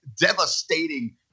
devastating